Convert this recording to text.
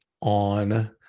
on